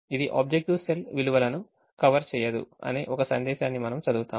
ఇది objective cell విలువలును cover చేయదు అనే ఒక సందేశాన్ని మనము చదువుతాము